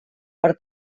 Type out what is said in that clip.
per